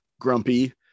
grumpy